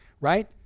right